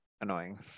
annoying